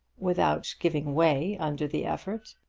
without giving way under the effort.